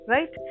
Right